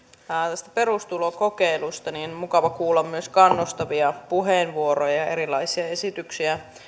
tästä perustulokokeilusta on mukava kuulla myös kannustavia puheenvuoroja ja ja erilaisia esityksiä